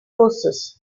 roses